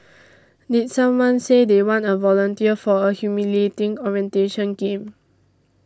did someone say they want a volunteer for a humiliating orientation game